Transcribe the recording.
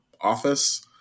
office